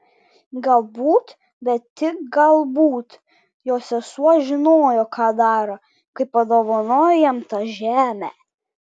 galbūt bet tik galbūt jo sesuo žinojo ką daro kai padovanojo jam tą žemę